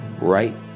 right